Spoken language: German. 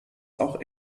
auch